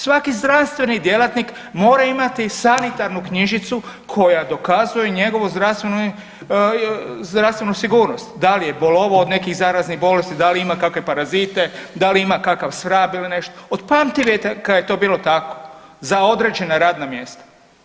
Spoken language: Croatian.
Svaki zdravstveni djelatnik mora imati sanitarnu knjižicu koja dokazuje njegovu zdravstvenu, zdravstvenu sigurnost, dal je bolovao od nekih zaraznih bolesti, da li ima kakve parazite, da li ima kakav svrab ili nešto, od pamtivijeka je to bilo tako za određena radna mjesta.